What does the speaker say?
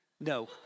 No